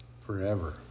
forever